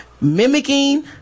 mimicking